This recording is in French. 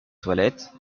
toilette